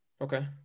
Okay